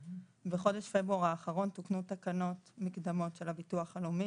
בחודש פברואר האחרון תוקנו תקנות מקדמות של הביטוח הלאומי